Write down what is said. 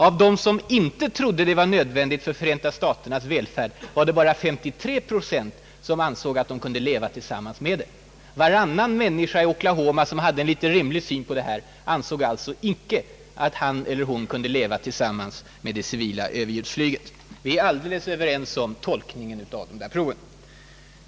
Av dem som inte trodde att det var nödvändigt för Förenta staternas välfärd var det bara 53 procent som ansåg att de kunde leva tillsammans med det. Varannan människa i Oklahoma, som hade en rimlig syn på detta, ansåg alltså inte att han eller hon kunde leva tillsammans med det civila överljudsflyget. Vi är alldeles överens om tolkningen av dessa prov.